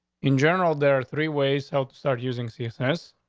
in general, there are three ways. help start using sisters.